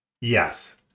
Yes